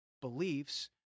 beliefs